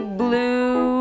blue